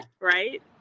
Right